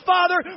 Father